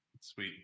Sweet